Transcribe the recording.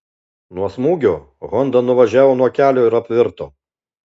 nuo smūgio honda nuvažiavo nuo kelio ir apvirto